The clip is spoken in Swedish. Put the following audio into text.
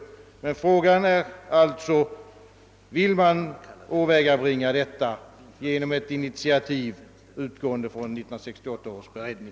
Men frågan är alltså: Vill man åvägabringa detta genom ett initiativ utgående från 1968 års beredning?